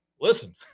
listen